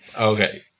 Okay